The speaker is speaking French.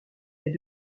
est